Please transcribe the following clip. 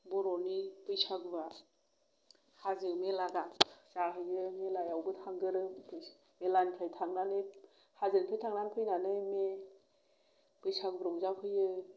बर'नि बैसागुआ हाजो मेला दा जाहैयो मेलायावबो थांगोरों मेलायानिफ्राय थांनानै हाजोथिं थांनानै फैनानै बैसागु रंजाफैयो